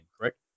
correct